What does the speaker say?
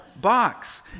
box